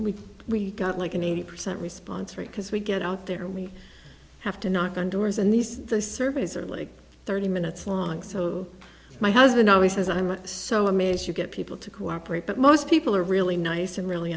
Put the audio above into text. differently we got like an eighty percent response rate because we get out there we have to knock on doors and these surveys are like thirty minutes long so my husband always says i'm so amazed you get people to cooperate but most people are really nice and really